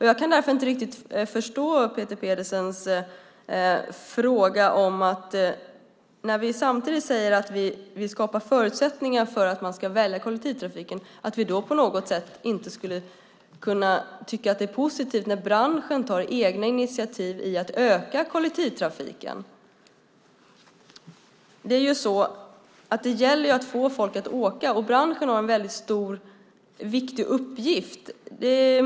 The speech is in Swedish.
Jag kan därför inte riktigt förstå Peter Pedersens fråga. Vi säger att vi skapar förutsättningar för att man ska välja kollektivtrafiken. Jag kan inte förstå att vi då på något sätt inte skulle kunna tycka att det är positivt när branschen tar egna initiativ för att öka kollektivtrafiken. Det gäller ju att få folk att åka, och branschen har en väldigt viktig uppgift.